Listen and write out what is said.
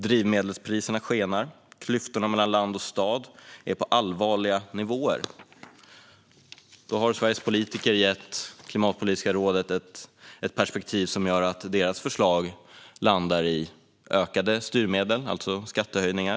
Drivmedelspriserna skenar, och klyftorna mellan land och stad är på allvarliga nivåer. Då har Sveriges politiker gett Klimatpolitiska rådet ett perspektiv som gör att deras förslag landar i ökade styrmedel, det vill säga skattehöjningar.